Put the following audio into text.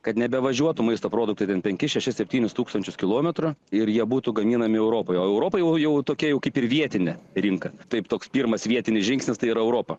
kad nebevažiuotų maisto produktų dvidešimt penkis šešis septynis tūkstančius kilometrų ir jie būtų gaminami europoje europai o jau tokia kaip ir vietinė rinka taip toks pirmas vietinis žingsnis tai yra europa